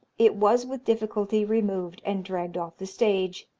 it was with difficulty removed, and dragged off the stage.